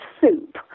soup